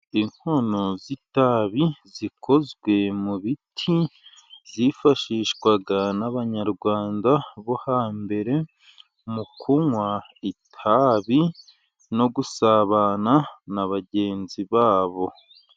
Inkono z'itabi zikozwe mu biti , zifashishwa n'abanyarwanda bo hambere mu kunywa itabi, no gusabana na bagenzi babo.